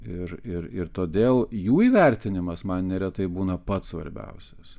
ir ir ir todėl jų įvertinimas man neretai būna pats svarbiausias